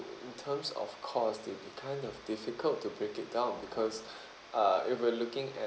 in terms of cost it'll be kind of difficult to break it down because uh if we're looking at